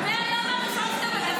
תגיד מה, תגיד מה.